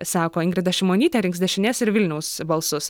sako ingrida šimonytė rinks dešinės ir vilniaus balsus